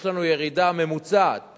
יש לנו ירידה ממוצעת